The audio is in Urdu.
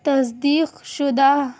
تصدیق شدہ